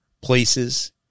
places